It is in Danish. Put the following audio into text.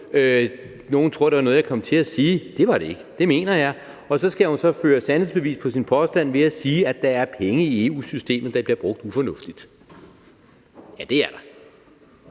nogle tror, at det var noget, jeg kom til at sige; det var det ikke, for det mener jeg. Og så fører hun sandhedsbevis for sin påstand ved at sige, at der er penge i EU-systemet, der bliver brugt ufornuftigt. Ja, det er der.